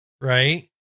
right